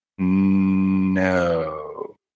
No